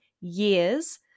years